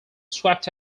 swapped